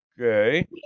Okay